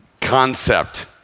concept